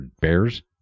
bears